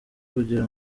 kugira